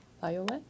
violet